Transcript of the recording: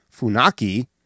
Funaki